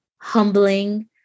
humbling